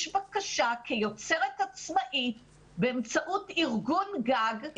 בקשה כיוצרת עצמאית באמצעות ארגון גג שמסייע ל-70 יוצרים עצמאיים.